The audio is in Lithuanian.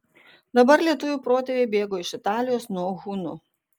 dabar lietuvių protėviai bėgo iš italijos nuo hunų